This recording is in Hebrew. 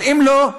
אבל אם לא,